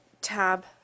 tab